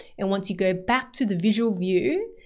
and once you go back to the visual view,